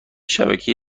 شبکه